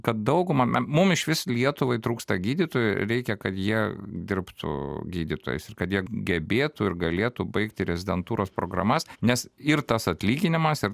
kad dauguma me mum išvis lietuvai trūksta gydytojų reikia kad jie dirbtų gydytojais ir kad jie gebėtų ir galėtų baigti rezidentūros programas nes ir tas atlyginimas ir